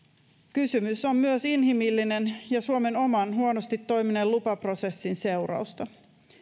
kysymys on myös inhimillinen ja suomen oman huonosti toimineen lupaprosessin seurausta